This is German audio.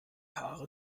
haare